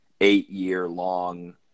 eight-year-long